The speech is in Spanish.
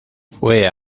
fue